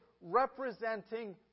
representing